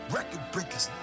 Record-breakers